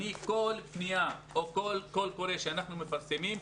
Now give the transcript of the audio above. כל פנייה או כל קול קורא שאנחנו מפרסמים,